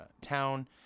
town